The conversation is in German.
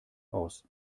aus